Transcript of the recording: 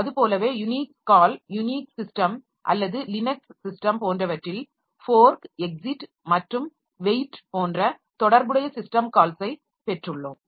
அதுபோலவே Unix call Unix system அல்லது Linux system போன்றவற்றில் ஃபோர்க் எக்ஸிட் மற்றும் வெயிட் போன்ற தொடர்புடைய சிஸ்டம் கால்ஸை பெற்றுள்ளோம்